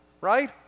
Right